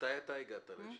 מתי אתה הגעת לישיבה?